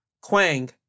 Quang